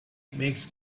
makes